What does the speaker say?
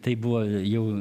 tai buvo jau